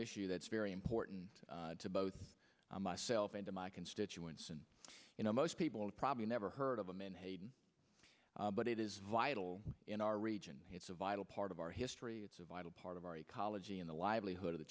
issue that's very important to both myself and to my constituents and you know most people probably never heard of a manhattan but it is vital in our region it's a vital part of our history it's a vital part of our ecology in the livelihood of the